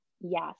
Yes